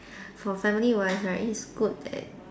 for family wise right it's good that